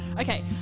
Okay